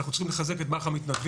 אנחנו צריכים לחזק את מערך המתנדבים.